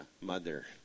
mother